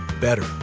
better